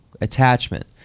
attachment